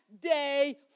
day